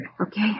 Okay